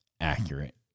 accurate